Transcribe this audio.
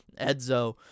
edzo